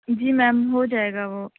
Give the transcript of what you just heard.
جی میم ہو جائے گا وہ